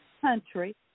country